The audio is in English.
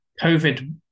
COVID